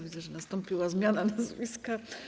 Widzę, że nastąpiła zmiana nazwiska.